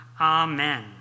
Amen